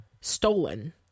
stolen